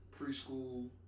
preschool